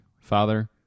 father